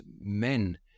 men